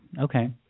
Okay